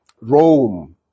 Rome